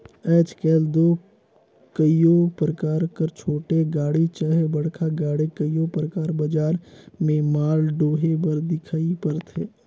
आएज काएल दो कइयो परकार कर छोटे गाड़ी चहे बड़खा गाड़ी कइयो परकार बजार में माल डोहे बर दिखई परथे